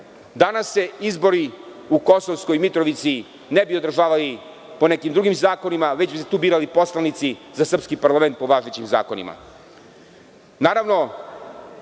Danas se izbori u Kosovskoj Mitrovici ne bi održavali po nekim drugim zakonima, već bi se tu birali poslanici za srpski parlament po važećim zakonima. Moram